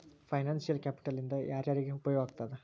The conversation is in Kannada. ಫೈನಾನ್ಸಿಯಲ್ ಕ್ಯಾಪಿಟಲ್ ಇಂದಾ ಯಾರ್ಯಾರಿಗೆ ಉಪಯೊಗಾಗ್ತದ?